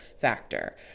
factor